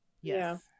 Yes